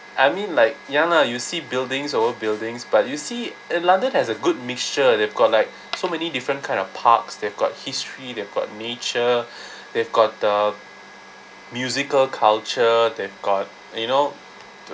I mean like ya lah you see buildings old buildings but you see in london has a good mixture they've got like so many different kind of parks they've got history they've got nature they've got the musical culture they've got you know